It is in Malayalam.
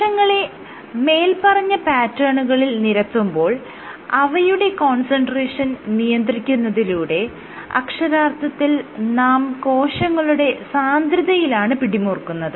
കോശങ്ങളെ മേല്പറഞ്ഞ പാറ്റേണുകളിൽ നിരത്തുമ്പോൾ അവയുടെ കോൺസെൻട്രേഷൻ നിയന്ത്രിക്കുന്നതിലൂടെ അക്ഷരാർത്ഥത്തിൽ നാം കോശങ്ങളുടെ സാന്ദ്രതയിലാണ് പിടിമുറുക്കുന്നത്